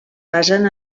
basen